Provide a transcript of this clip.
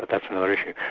but that's another issue.